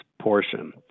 portion